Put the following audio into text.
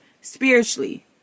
spiritually